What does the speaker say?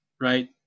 right